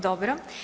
Dobro.